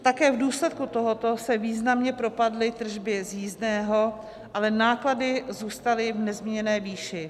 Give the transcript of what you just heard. Také v důsledku tohoto se významně propadly tržby z jízdného, ale náklady zůstaly v nezměněné výši.